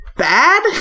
bad